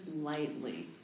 lightly